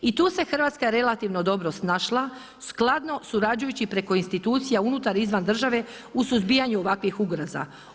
I tu se Hrvatska relativno dobro snašla skladno surađujući preko institucija unutar i izvan države u suzbijanju ovakvih ugroza.